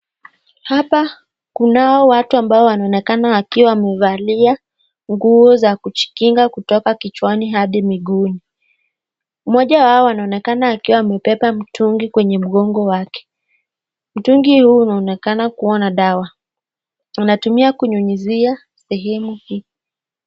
Hapa kunao watu ambao wanaonekana wamevalia nguo za kujikinga kutoka kichwani hadi miguuni. Mmoja wao anaonekana akiwa amebeba mtungi kwenye mgongo wake. Mtungi huu unaonekana kuwa na dawa. Anatumia kunyunyuzia sehemu hii.